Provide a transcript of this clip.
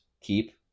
keep